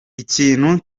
ikintu